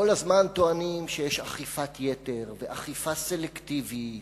כל הזמן טוענים שיש אכיפת יתר, ואכיפה סלקטיבית.